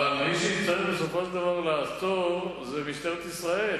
אבל מי שיצטרך בסופו של דבר לעצור זה משטרת ישראל,